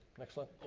next slide.